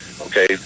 Okay